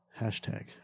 Hashtag